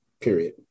Period